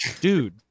Dude